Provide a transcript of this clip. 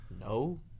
No